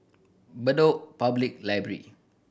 Bedok Public Library